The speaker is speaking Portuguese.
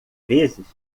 vezes